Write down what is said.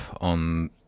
on